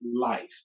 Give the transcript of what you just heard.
life